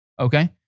okay